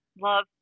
love